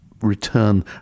return